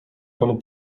panu